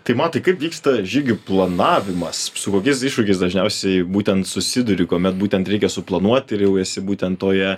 tai matai kaip vyksta žygių planavimas su kokiais iššūkiais dažniausiai būtent susiduri kuomet būtent reikia suplanuoti ir jau esi būtent toje